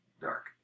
dark